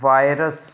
virus